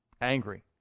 Angry